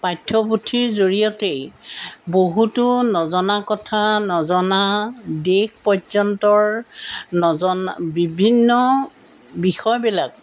পাঠ্যপুথিৰ জৰিয়তেই বহুতো নজনা কথা নজনা দিশ পৰ্যন্তৰ নজনা বিভিন্ন বিষয়বিলাক